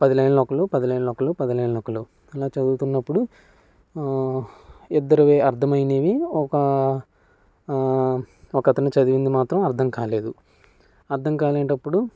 పది లైన్లు ఒకళ్ళు పది లైన్లు ఒకళ్ళు పది లైన్లు ఒకళ్ళు అలా చదువుకున్నప్పుడు ఇద్దరు అర్థమైనవి ఒక ఒక అతను చదివింది మాత్రం అర్థం కాలేదు అర్థం కాలేటప్పుడు